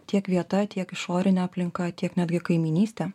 tiek vieta tiek išorinė aplinka tiek netgi kaimynystė